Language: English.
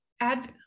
add